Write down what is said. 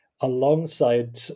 alongside